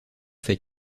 fait